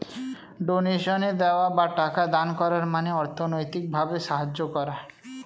ডোনেশনে দেওয়া বা টাকা দান করার মানে অর্থনৈতিক ভাবে সাহায্য করা